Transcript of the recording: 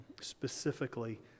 specifically